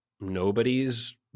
nobody's